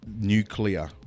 nuclear